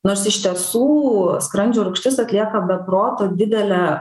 nors iš tiesų skrandžio rūgštis atlieka be proto didelę